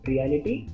Reality